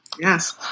Yes